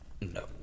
No